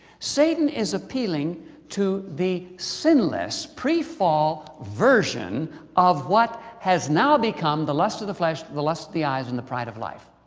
satan is appealing to the sinless pre-fall version of what has now become the lust of the flesh, the lust of the eyes, and the pride of life.